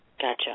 Gotcha